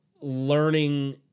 learning